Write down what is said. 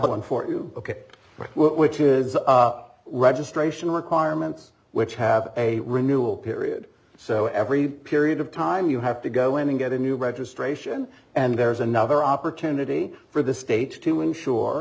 gun for you ok which is registration requirements which have a renewal period so every period of time you have to go in and get a new registration and there's another opportunity for the state to ensure